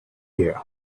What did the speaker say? year